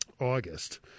August